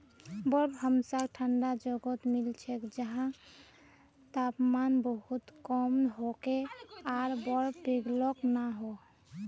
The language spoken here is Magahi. बर्फ हमसाक ठंडा जगहत मिल छेक जैछां तापमान बहुत कम होके आर बर्फ पिघलोक ना